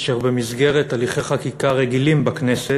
אשר במסגרת הליכי חקיקה רגילים בכנסת